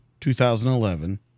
2011